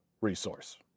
resource